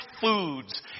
foods